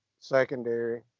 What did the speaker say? secondary